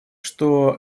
что